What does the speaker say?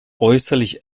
äußerlich